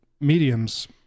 mediums